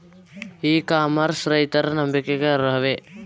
E commerce ರೈತರ ನಂಬಿಕೆಗೆ ಅರ್ಹವೇ?